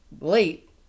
late